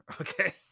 okay